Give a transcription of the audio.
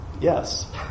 yes